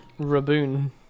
Raboon